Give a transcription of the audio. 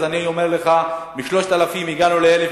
אז אני אומר לך: מ-3,000 הגענו ל-1,000,